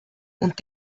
und